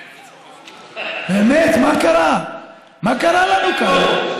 באמת, מה קרה לנו כאן?